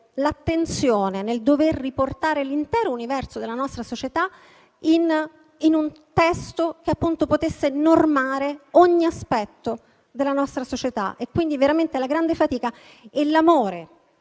l'attenzione nel dover riportare l'intero universo della nostra società in un testo che potesse normare ogni suo aspetto e, quindi, veramente una grande fatica, l'amore